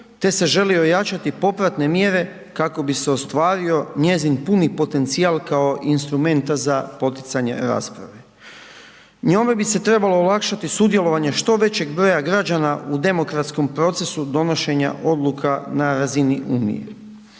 te se žele ojačati popratne mjere kako bi se ostvario njezin puni potencijal kao instrumenta za poticanje rasprave. Njome bi se trebalo olakšati sudjelovanje što većeg broja građana u demokratskom procesu donošenja odluka na razini unije.